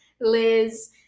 Liz